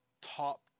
top